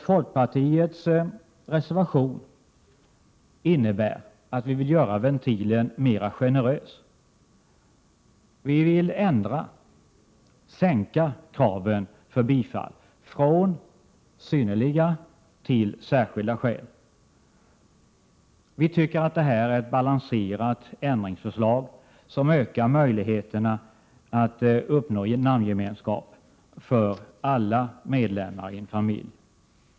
Folkpartiets reservation innebär att vi vill göra ventilen mer generös. Vi vill sänka kraven för bifall från ”synnerliga” till ”särskilda” skäl. Vi tycker att det är ett balanserat ändringsförslag, som ökar möjligheterna att uppnå namngemenskap för alla medlemmar i en familj.